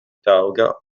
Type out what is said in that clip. taŭga